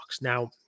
Now